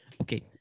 Okay